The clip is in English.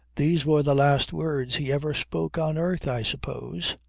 these were the last words he ever spoke on earth i suppose.